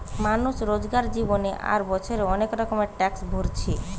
মানুষ রোজকার জীবনে আর বছরে অনেক রকমের ট্যাক্স ভোরছে